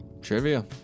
trivia